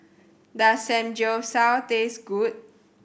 does Samgyeopsal taste good